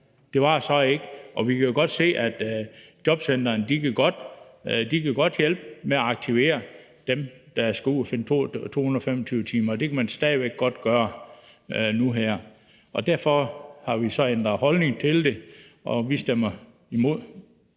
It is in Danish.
det var det så ikke, og vi kan jo godt se, at jobcentrene godt kan hjælpe med at aktivere dem, der skal ud at finde 225 timers arbejde, og det kan man stadig væk godt gøre nu her. Derfor har vi ændret holdning til det, og vi stemmer imod